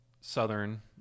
Southern